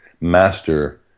master